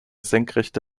senkrechte